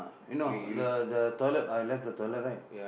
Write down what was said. no the the toilet I left the toilet right